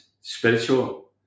spiritual